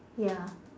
ya